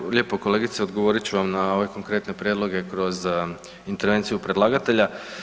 Hvala lijepo, kolegice, odgovorit ću vam na ove konkretne prijedloge kroz intervenciju predlagatelja.